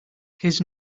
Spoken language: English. his